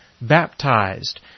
baptized